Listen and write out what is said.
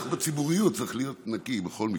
בציבוריות צריך להיות נקי, בכל מקרה.